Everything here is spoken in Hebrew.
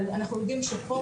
אבל אנחנו יודעים שפורנו,